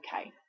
okay